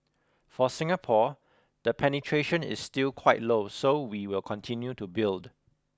for Singapore the penetration is still quite low so we will continue to build